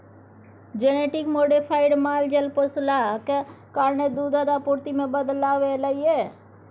genetic modified माल जाल पोसलाक कारणेँ दुधक आपुर्ति मे बदलाव एलय यै